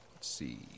see